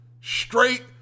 Straight